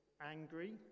Angry